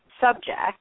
subject